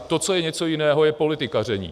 To, co je něco jiného, je politikaření.